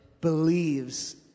believes